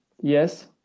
Yes